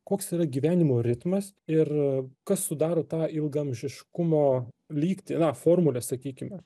koks yra gyvenimo ritmas ir kas sudaro tą ilgaamžiškumo lygtį na formules sakykime